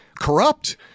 corrupt